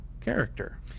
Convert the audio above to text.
character